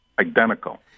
identical